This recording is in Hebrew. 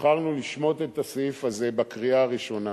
בחרנו לשמוט את הסעיף הזה בקריאה הראשונה.